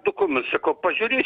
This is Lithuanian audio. dokumetus sakau pažiūrėsiu